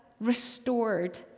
restored